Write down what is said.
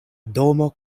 domo